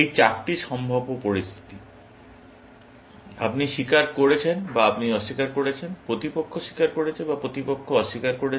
এই চারটি সম্ভাব্য পরিস্থিতি আপনি স্বীকার করেছেন বা আপনি অস্বীকার করেছেন প্রতিপক্ষ স্বীকার করেছে বা প্রতিপক্ষ অস্বীকার করেছে